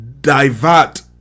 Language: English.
divert